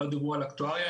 לא דיברו על אקטואריה.